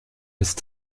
ist